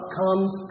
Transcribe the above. comes